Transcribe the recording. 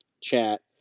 chat